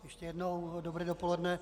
Ještě jednou dobré dopoledne.